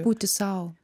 būti sau